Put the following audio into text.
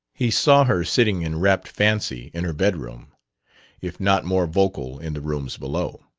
he saw her sitting in rapt fancy in her bedroom if not more vocal in the rooms below.